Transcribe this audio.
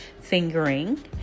fingering